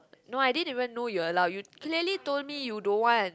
no I didn't even know you allow you clearly told me you don't want